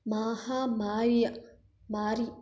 ಮಹಾ ಮಾಯ ಮಾರಿ